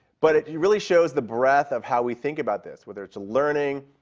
but it really shows the breadth of how we think about this, whether it's learning,